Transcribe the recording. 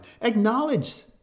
acknowledge